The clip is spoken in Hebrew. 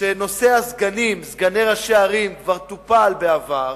שנושא הסגנים, סגני ראשי ערים כבר טופל בעבר,